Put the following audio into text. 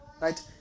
Right